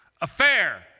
affair